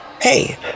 Hey